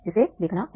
जिसे देखना है